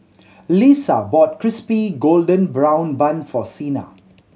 Lesa bought Crispy Golden Brown Bun for Sina